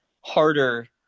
harder